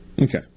Okay